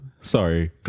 Sorry